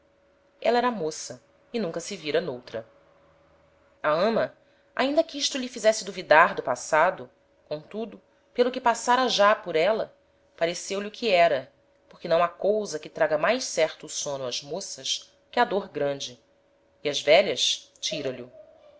éla era moça e nunca se vira n'outra a ama ainda que isto lhe fizesse duvidar do passado comtudo pelo que passara já por éla pareceu-lhe o que era porque não ha cousa que traga mais certo o sôno ás moças que a dôr grande e ás velhas